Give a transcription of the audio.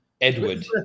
Edward